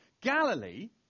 Galilee